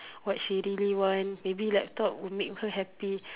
what she really want maybe laptop would make her happy